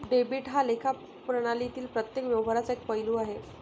debit हा लेखा प्रणालीतील प्रत्येक व्यवहाराचा एक पैलू आहे